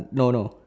no no